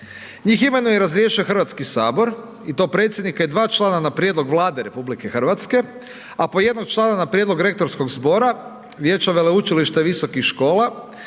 Njih imenuje i razrješuje HS i to predsjednika i 2 člana na prijedlog Vlade RH, a po jednog člana na prijedlog rektorskog zbora, Vijeća veleučilišta i visokih škola,